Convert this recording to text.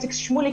איציק שמולי,